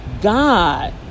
God